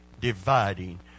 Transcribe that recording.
dividing